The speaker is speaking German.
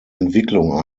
entwicklung